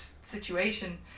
situation